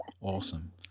awesome